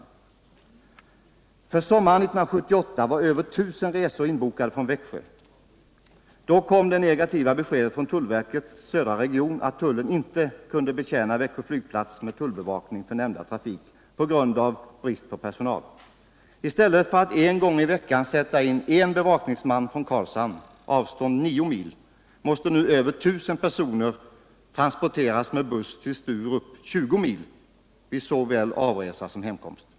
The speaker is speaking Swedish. För sommaren 1978 var över 1 000 resor från Växjö inbokade. Då kom det negativa beskedet från tullverkets södra region att tullen på grund av brist på personal inte kunde betjäna Växjö flygplats med tullbevakning för nämnda trafik. I stället för att en gång i veckan sätta in en bevakningsman från Karlshamn, som ligger på ett avstånd av ca 9 mil, måste nu över 1 000 personer transporteras med buss till Sturup — avstånd över 20 mil — vid såväl avresa som hemresa.